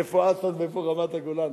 איפה אסד ואיפה רמת-הגולן?